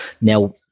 Now